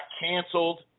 canceled